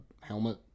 helmet